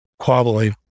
quabbling